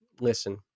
Listen